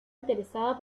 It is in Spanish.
interesada